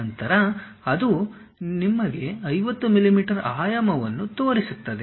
ನಂತರ ಅದು ನಿಮಗೆ 50 mm ಆಯಾಮವನ್ನು ತೋರಿಸುತ್ತದೆ